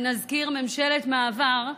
שנזכיר היא ממשלת מעבר,